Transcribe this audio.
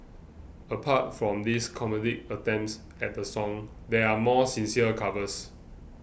apart from these comedic attempts at the song there are more sincere covers